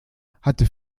hatte